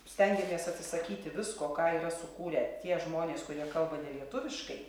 stengiamės atsisakyti visko ką yra sukūrę tie žmonės kurie kalba nelietuviškai